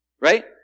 right